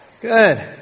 Good